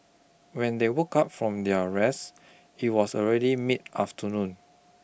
when they woke up from their rest it was already mid afternoon